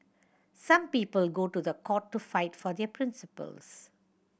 some people go to the court to fight for their principles